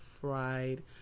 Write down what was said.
fried